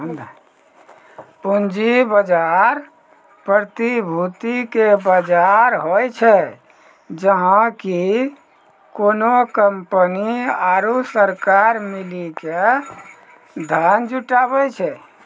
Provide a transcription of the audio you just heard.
पूंजी बजार, प्रतिभूति के बजार होय छै, जहाँ की कोनो कंपनी आरु सरकार मिली के धन जुटाबै छै